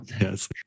yes